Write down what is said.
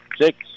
Six